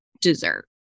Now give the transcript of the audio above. dessert